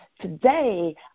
Today